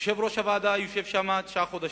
יושב-ראש הוועדה יושב שם תשעה חודשים.